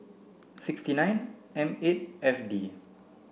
sixty nine M eight F D